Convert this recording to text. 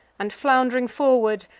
and, flound'ring forward,